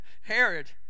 Herod